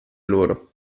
loro